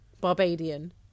Barbadian